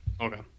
Okay